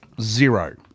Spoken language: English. Zero